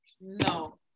No